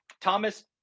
Thomas